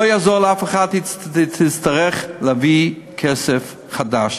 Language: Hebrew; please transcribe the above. לא יעזור לאף אחד, היא תצטרך להביא כסף חדש.